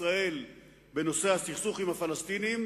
ישראל בנושא הסכסוך עם הפלסטינים,